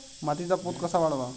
मातीचा पोत कसा वाढवावा?